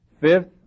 Fifth